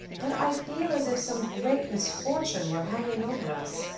but i feel as if some great misfortune were hanging over us.